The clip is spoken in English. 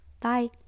Bye